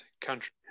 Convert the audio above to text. country